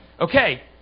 Okay